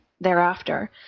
thereafter